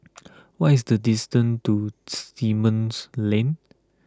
what is the distance to Simon's Lane